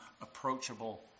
approachable